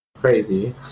Crazy